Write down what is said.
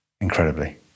Incredibly